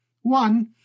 One